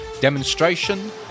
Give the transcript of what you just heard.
demonstration